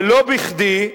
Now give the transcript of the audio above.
ולא בכדי,